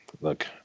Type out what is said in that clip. Look